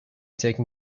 taken